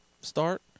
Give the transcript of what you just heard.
start